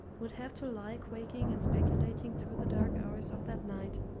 would have to lie quaking and speculating through the dark hours of that night,